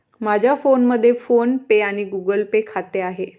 माझ्या फोनमध्ये फोन पे आणि गुगल पे खाते आहे